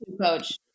coach